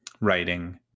writing